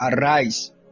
Arise